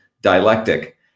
dialectic